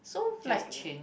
so like